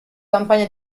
campagna